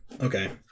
Okay